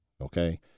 Okay